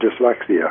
dyslexia